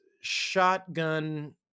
shotgun